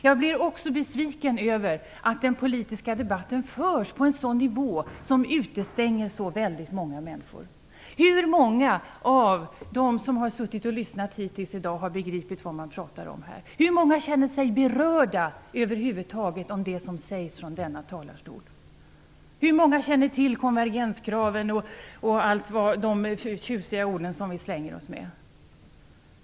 Jag blir också besviken över att den politiska debatten förs på en nivå som utestänger så väldigt många människor. Hur många av dem som suttit och lyssnat i dag har begripit vad man talar om här? Hur många känner sig berörda över huvud taget av det som sägs från denna talarstol? Hur många känner till konvergenskraven och alla de tjusiga ord vi slänger omkring oss?